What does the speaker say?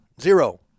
Zero